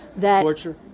Torture